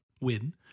win